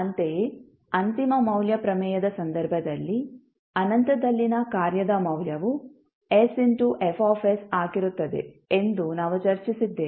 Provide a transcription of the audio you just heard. ಅಂತೆಯೇ ಅಂತಿಮ ಮೌಲ್ಯ ಪ್ರಮೇಯದ ಸಂದರ್ಭದಲ್ಲಿ ಅನಂತದಲ್ಲಿನ ಕಾರ್ಯದ ಮೌಲ್ಯವು sFsಆಗಿರುತ್ತದೆ ಎಂದು ನಾವು ಚರ್ಚಿಸಿದ್ದೇವೆ